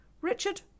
Richard